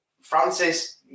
Francis